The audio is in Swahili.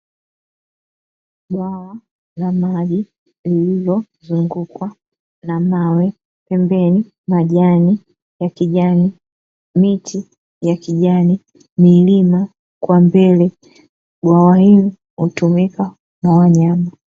Bwawa la maji lililozungukwa na mawe pembeni majani ya kijani, miti ya kijani, milima kwa mbele. Bwawa hili hutumika na wanyama.